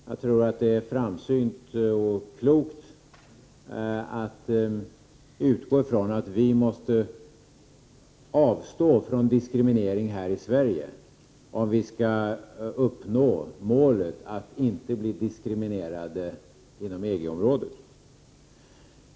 Jag tror att det är framsynt och klokt att utgå från att vi måste avstå från diskriminering här i Sverige om vi skall uppnå målet att inte bli diskriminerade inom EG-området.